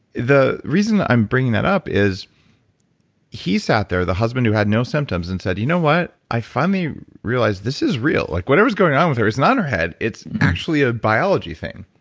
the reason i'm bringing that up is he sat there, the husband who had no symptoms and said, you know what, i finally realized this is real. like whatever's going on with her, it's not her head, it's actually a biology thing.